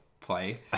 play